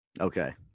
Okay